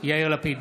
יאיר לפיד,